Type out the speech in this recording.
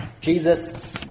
Jesus